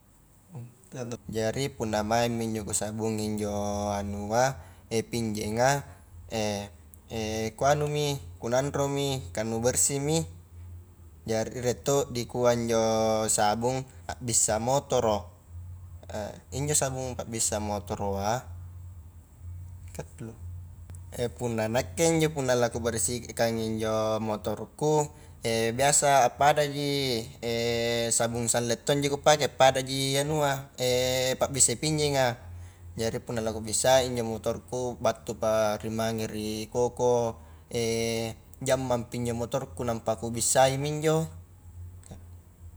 Jari punnamaingmi injo kusabungi injo anua, pinjenga, kuanumi, kunanro mi kah nu bersihmi, jari rie to dikua injo sabung a bissa motoro, injo sabung pa bissa motoroa,, punna nakke injo la kubersihkangi injo motorku, biasa appadaji sabung sanlaight tongji kupake, padaji anua pabbisa pinjenga, jari punna la kubissai injo motorku, battupari mange ri koko jammang pi injo motorku nampa kubissaimi injo.